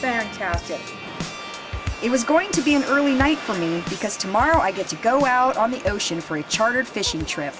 fantastic it was going to be an early night for me because tomorrow i get to go out on the ocean for a chartered fishing trip